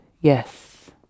Yes